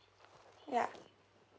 ya